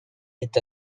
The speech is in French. est